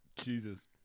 Jesus